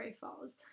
Falls